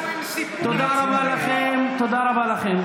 תודה רבה לכם, תודה רבה לכם.